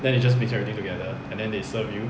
then they just mix everything together and then they serve you